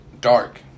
Dark